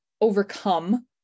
overcome